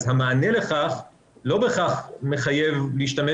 אז המענה לכך לא בהכרח מחייב להשתמש